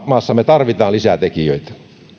maassamme tarvitaan lisää tekijöitä